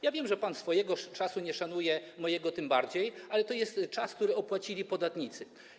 Ja wiem, że pan swojego czasu nie szanuje, mojego tym bardziej, ale to jest czas, który opłacili podatnicy.